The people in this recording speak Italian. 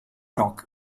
rock